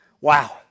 Wow